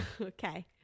Okay